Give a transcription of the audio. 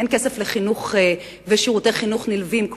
אין כסף לחינוך ולשירותי חינוך נלווים,